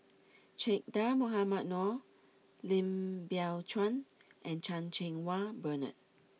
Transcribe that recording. Che Dah Mohamed Noor Lim Biow Chuan and Chan Cheng Wah Bernard